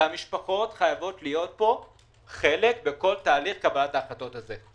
המשפחות חייבות להיות חלק בכל תהליך קבלת ההחלטות הזה.